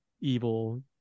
evil